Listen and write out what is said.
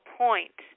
point